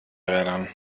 rädern